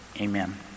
Amen